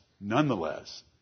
nonetheless